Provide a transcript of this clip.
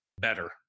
better